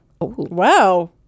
Wow